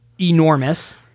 enormous